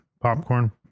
Popcorn